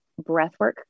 breathwork